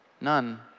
None